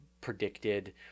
predicted